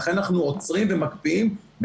לכן אנחנו עוצרים ומקפיאים.